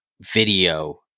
video